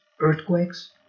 Earthquakes